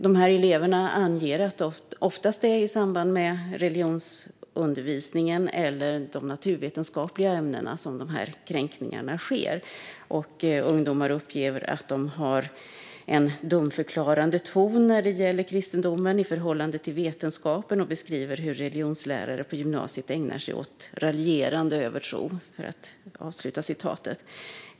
De här eleverna anger att det oftast är i samband med religionsundervisningen eller de naturvetenskapliga ämnena som kränkningarna sker. Ungdomar uppger att "lärare har en dumförklarande ton när det gäller kristendomen i förhållande till vetenskapen och beskriver hur religionslärare på gymnasiet ägnar sig åt raljerande över tro".